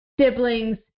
siblings